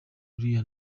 uriya